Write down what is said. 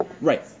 Right